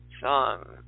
song